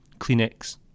Kleenex